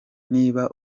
niba